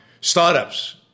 startups